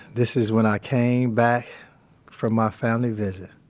this is when i came back from my family visit.